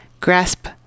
Grasp